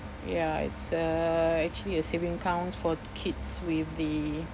ya it's uh actually a saving accounts for kids with the